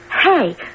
Hey